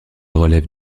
relève